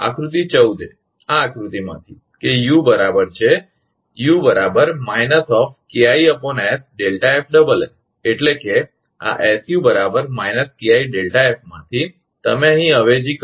આકૃતિ 14 એ આ આકૃતિ માંથી કે યુ બરાબર છે એટલે કે આ માંથી તમે અહીં અવેજી કરો